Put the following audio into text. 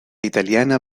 italiana